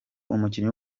umukinnyi